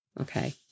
okay